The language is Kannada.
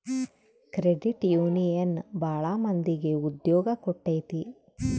ಕ್ರೆಡಿಟ್ ಯೂನಿಯನ್ ಭಾಳ ಮಂದಿಗೆ ಉದ್ಯೋಗ ಕೊಟ್ಟೈತಿ